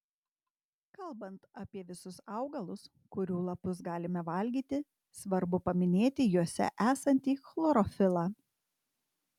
kalbant apie visus augalus kurių lapus galime valgyti svarbu paminėti juose esantį chlorofilą